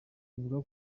avuga